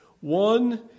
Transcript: One